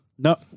No